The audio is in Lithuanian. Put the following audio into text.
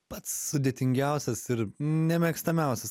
pats sudėtingiausias ir nemėgstamiausias